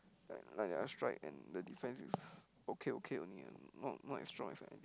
like like ah strike and the defense is okay okay only and not not as strong as